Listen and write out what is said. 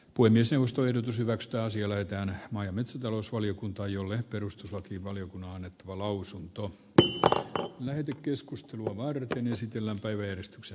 puimisen ostoyritys hyvä ekstaasi löytää maa ja metsätalousvaliokunta jolle perustuslakivaliokunnanetko katsotaan mitä sitten sen jälkeen tulee